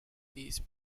these